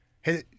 Hey